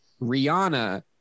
Rihanna